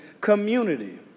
community